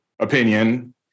opinion